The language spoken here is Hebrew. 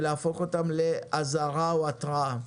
ולהפוך אותם לאזהרה או להתראה.